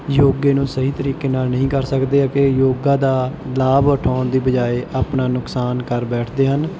ਯੋਗੇ ਨੂੰ ਸਹੀ ਤਰੀਕੇ ਨਾਲ ਨਹੀਂ ਕਰ ਸਕਦੇ ਅਤੇ ਯੋਗਾ ਦਾ ਲਾਭ ਉਠਾਉਣ ਦੀ ਬਜਾਏ ਆਪਣਾ ਨੁਕਸਾਨ ਕਰ ਬੈਠਦੇ ਹਨ